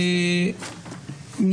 כאמור,